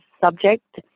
subject